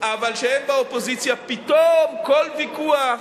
אבל הם באופוזיציה, פתאום כל ויכוח,